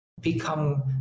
become